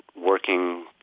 working